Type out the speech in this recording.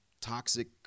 toxic